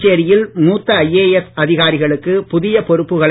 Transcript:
புதுச்சேரியில் மூத்த ஐஏஎஸ் அதிகாரிகளுக்கு புதிய பொறுப்புகளை